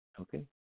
Okay